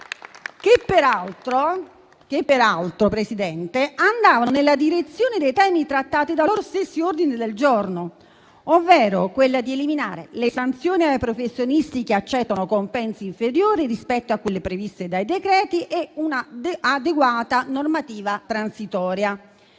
peraltro, andavano nella direzione dei temi trattati dai loro stessi ordini del giorno, ovvero eliminare le sanzioni ai professionisti che accettano compensi inferiori rispetto a quelli previsti dai decreti e un'adeguata normativa transitoria.